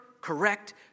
correct